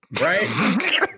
right